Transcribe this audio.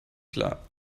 klar